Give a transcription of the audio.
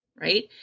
right